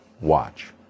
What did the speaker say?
Watch